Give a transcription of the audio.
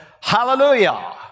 hallelujah